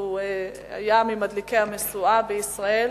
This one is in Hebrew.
והוא היה ממדליקי המשואות בישראל